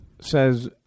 says